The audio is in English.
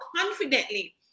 confidently